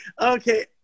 Okay